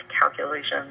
calculations